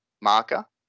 marker